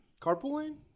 Carpooling